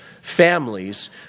families